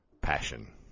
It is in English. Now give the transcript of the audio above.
passion